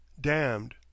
damned